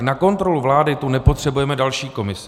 Na kontrolu vlády tu nepotřebujeme další komisi.